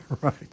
Right